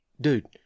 Dude